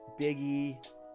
Biggie